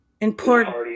important